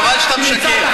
חבל שאתה משקר.